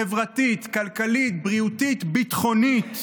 חברתית, כלכלית, בריאותית, ביטחונית.